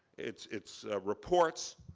its its reports,